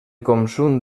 consum